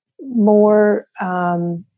more